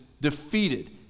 defeated